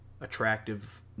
attractive